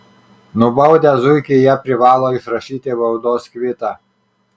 nubaudę zuikį jie privalo išrašyti baudos kvitą